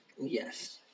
Yes